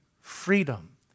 freedom